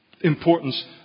importance